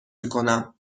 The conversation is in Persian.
میکنم